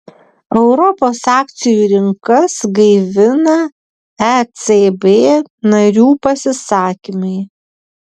europos akcijų rinkas gaivina ecb narių pasisakymai